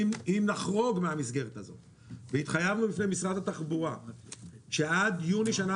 אן נחרוג מהמסגרת הזאת והתחייבנו לפני משרד התחבורה שעד יוני שנה